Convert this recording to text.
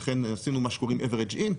ולכן עשינו מה שקוראים average in,